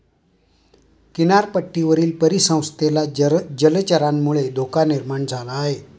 किनारपट्टीवरील परिसंस्थेला जलचरांमुळे धोका निर्माण झाला आहे